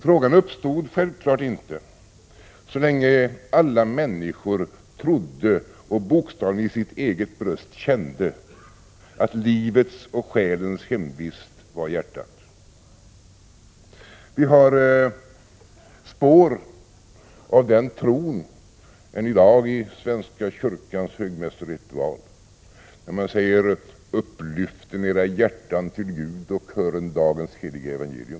Frågan uppstod självfallet inte så länge alla människor trodde och bokstavligen i sitt eget bröst kände att livets och själens hemvist var hjärtat. Vi har spår av den tron än i dag i svenska kyrkans högmässoritual, där man säger: Upplyften edra hjärtan till Gud och hören dagens heliga evangelium.